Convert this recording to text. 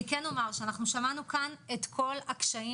אני כן אומר שאנחנו שמענו כאן את כל הקשיים